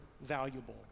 valuable